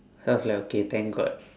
I was like okay thank god